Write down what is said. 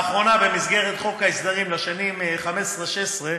לאחרונה, במסגרת חוק ההסדרים לשנים 2015 2016,